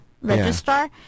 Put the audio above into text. Register